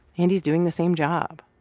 and he's doing the same job.